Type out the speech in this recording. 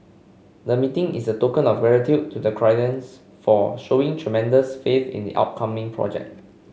the meeting is a token of gratitude to the clients for showing tremendous faith in the upcoming project